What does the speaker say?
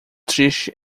triste